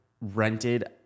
rented